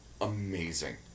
amazing